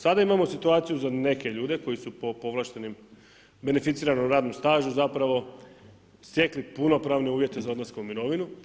Sada imamo situaciju za neke ljude koji su po povlaštenom beneficiranom radnom stažu zapravo stekli punopravne uvjete za odlazak u mirovinu.